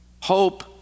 Hope